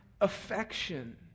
affection